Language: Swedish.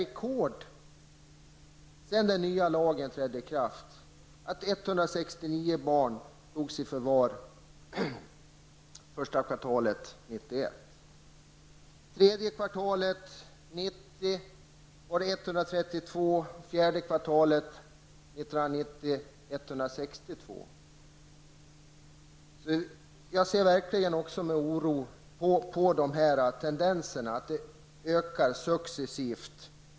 169 barn tagna i förvar är rekord sedan den nya lagen trädde i kraft. Under tredje kvartalet 1990 togs 132 barn i förvar och under fjärde kvartalet 162 barn. Också jag ser verkligen med oro på att antalet barn i förvar ökar successivt.